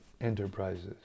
enterprises